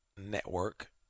network